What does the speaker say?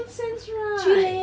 common sense right